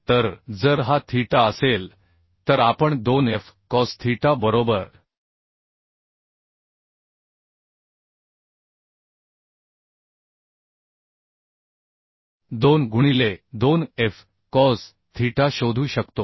तर जर हा थीटा असेल तर आपण 2 एफ कॉस थीटा बरोबर 2 गुणिले 2 एफ कॉस थीटा शोधू शकतो